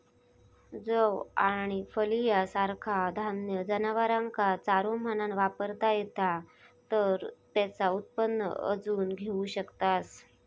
जौ आणि फलिया सारखा धान्य जनावरांका चारो म्हणान वापरता येता तर तेचा उत्पन्न अजून घेऊ शकतास